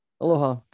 Aloha